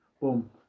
boom